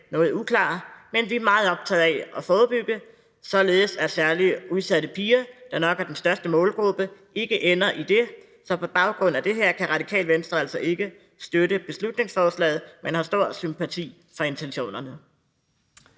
noget uklar, men vi er meget optaget af at forebygge, således at særlig udsatte piger, der nok er den største målgruppe, ikke ender i det. Så på baggrund af det her kan Radikale Venstre altså ikke støtte beslutningsforslaget, men vi har stor sympati for intentionerne.